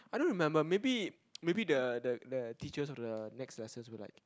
I don't remember maybe maybe the the the teachers of the next lesson were like